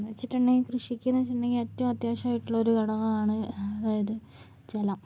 ഇപ്പോഴെന്ന് വച്ചിട്ടുണ്ടെങ്കിൽ കൃഷിക്കെന്ന് വച്ചിട്ടുണ്ടെങ്കിൽ ഏറ്റവും അത്യാവശ്യം ആയിട്ടുള്ള ഒരു ഘടകമാണ് അതായത് ജലം